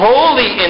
Holy